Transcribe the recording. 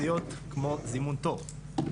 כמו זימון תור,